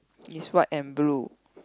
is white and blue